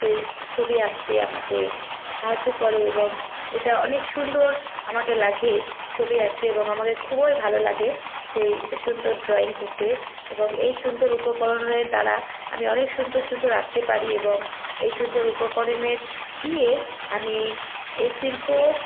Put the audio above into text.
সেই ছবি আঁকতে আমাকে সাহায্য করে এবং এটা অনেক সুন্দর আমাকে লাগে ছবি আঁকতে এবং আমাকে খুবই ভালো লাগে সেই সুন্দর ড্রয়িং করতে এবং এই সুন্দর উপকরণের দ্বারা আমি অনেক সুন্দর সুন্দর আঁকতে পারি এবং এই সুন্দর উপকরেণের দিয়ে আমি এই এই শিল্প